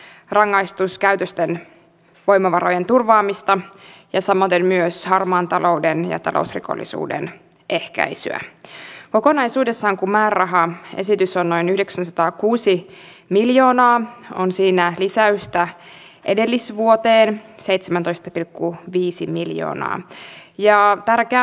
myös hallituspuolueiden edustajilta tulee aika paljon näitä miljardiluokan hankkeita ja sitten muussa keskustelussa kun täällä salissa on tätä budjettia käsitelty yleensä on ollut niin hyvin niukkaa että ei oikein mitään voida tehdä